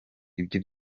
ibyo